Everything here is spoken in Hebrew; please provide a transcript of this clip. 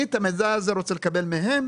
את המידע הזה אני רוצה לקבל מהם,